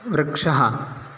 वृक्षः